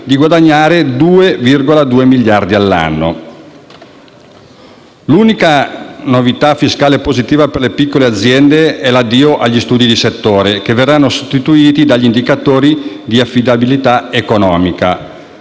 di guadagnare 2,2 miliardi all'anno. L'unica novità fiscale positiva per le piccole aziende è l'addio agli studi di settore, che verranno sostituiti dagli indicatori di affidabilità economica.